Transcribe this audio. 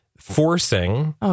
forcing